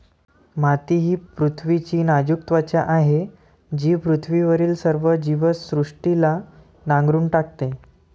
माती ही पृथ्वीची नाजूक त्वचा आहे जी पृथ्वीवरील सर्व जीवसृष्टीला नांगरून टाकते